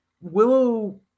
Willow